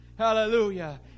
Hallelujah